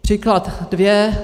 Příklad dvě.